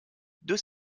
deux